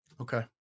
Okay